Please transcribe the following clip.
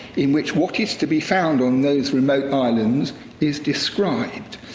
in which what is to be found on those remote islands is described.